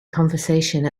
conversation